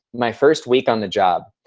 my first week on the job,